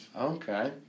Okay